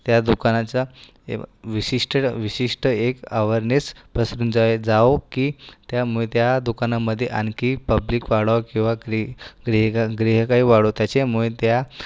त्या दुकानाचा हे विशिष्ट विशिष्ट एक अवेअरनेस पसरून जाय जाओ की त्यामध्ये त्या दुकानामध्ये आणखीन पब्लिक वाढो किंवा क्रियाकाळ वाढो त्याच्यामुळे त्या